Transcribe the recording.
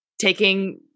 taking